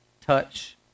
touch